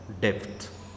depth